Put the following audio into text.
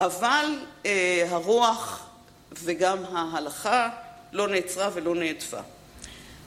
‫אבל הרוח וגם ההלכה ‫לא נעצרה ולא נהדפה.